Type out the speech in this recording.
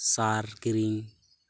ᱥᱟᱨ ᱠᱤᱨᱤᱧ